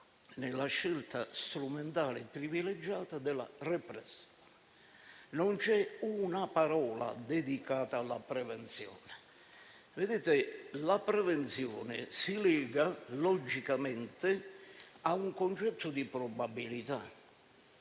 nella scelta strumentale privilegiata della repressione. Non c'è una parola dedicata alla prevenzione. La prevenzione si lega logicamente a un concetto di probabilità